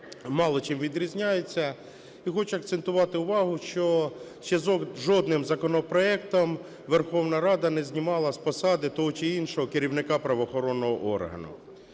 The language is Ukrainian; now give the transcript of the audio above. мало чим відрізняються. І хочу акцентувати увагу, що ще жодним законопроектом Верховна Рада не знімала з посади того чи іншого керівника правоохоронного органу.